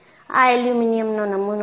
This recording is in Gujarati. આ એલ્યુમિનિયમનો નમૂનો છે